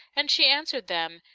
and she answered them,